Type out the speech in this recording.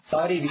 Sorry